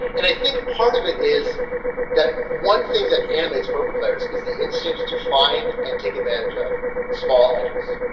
and i think part of it is that one thing that animates poker players is the instinct to find and take advantage of small edges.